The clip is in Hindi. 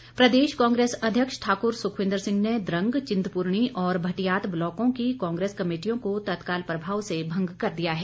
सुक्ख प्रदेश कांग्रेस अध्यक्ष ठाकुर सुखविंदर सिंह ने द्रंग चिंतपूर्णी और भटियात ब्लॉकों की कांग्रेस कमेटियों को तत्काल प्रभाव से भंग कर दिया है